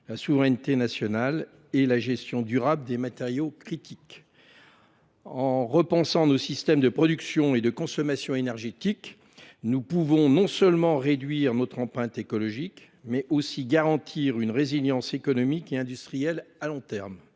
la souveraineté nationale et la gestion durable des matériaux critiques. En repensant nos systèmes de production et de consommation énergétiques, nous pouvons à la fois réduire notre empreinte écologique et garantir une résilience économique et industrielle à long terme.